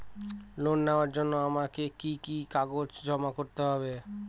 Loan নেওয়ার জন্য আমাকে কি কি কাগজ জমা করতে হবে?